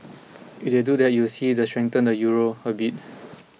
if they do that you would see that strengthen the Euro a bit